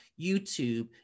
YouTube